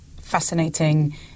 fascinating